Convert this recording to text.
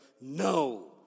No